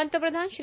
पंतप्रधान श्री